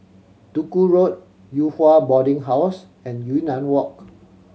Duku Road Yew Hua Boarding House and Yunnan Walk